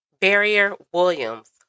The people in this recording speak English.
Barrier-Williams